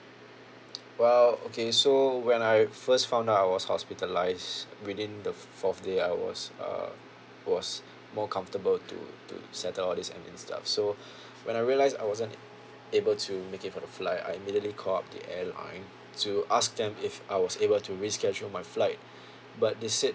well okay so when I first found out I was hospitalised within the fourth day I was uh was more comfortable to to settle all this pending stuff so when I realised I wasn't able to make it for the flight I immediately called up the airline to ask them if I was able to reschedule my flight but they said